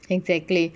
exactly